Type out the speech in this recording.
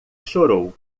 chorou